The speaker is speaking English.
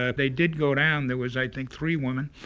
ah they did go down. there was, i think, three women.